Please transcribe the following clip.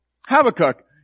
Habakkuk